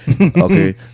okay